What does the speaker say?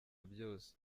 byose